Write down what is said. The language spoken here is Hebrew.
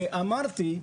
אמרתי,